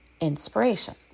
inspiration